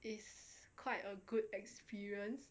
is quite a good experience